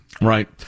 Right